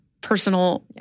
personal